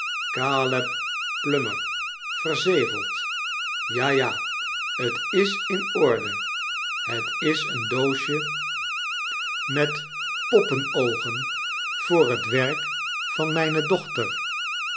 caleb plummer verzegeld ja ja t is in orde het is eeu doosje met kerstvertellingen poppenoogen voor het werk van mrjne dochter